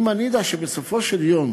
אם אני אדע שבסופו של יום